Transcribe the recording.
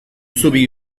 zubi